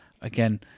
again